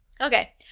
Okay